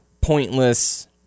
pointless